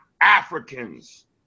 Africans